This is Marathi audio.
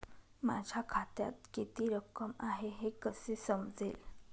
माझ्या खात्यात किती रक्कम आहे हे कसे समजेल?